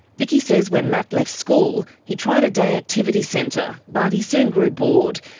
vicki says when matt left school, he tried a day activity centre but he soon grew bored.